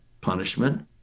punishment